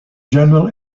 general